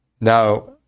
Now